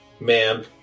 man